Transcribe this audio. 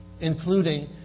including